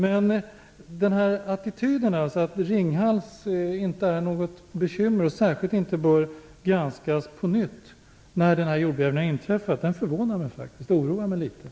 Men den här attityden, att Ringhals inte är något bekymmer och inte särskilt bör granskas på nytt när en jordbävning har inträffat på nytt, förvånar mig faktiskt och oroar mig litet.